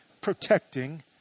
protecting